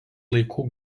laikų